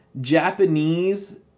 Japanese